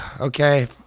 okay